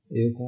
eu